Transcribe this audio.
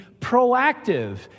proactive